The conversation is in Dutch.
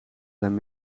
zijn